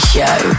Show